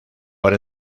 por